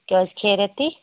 کیازِ خیریتٕے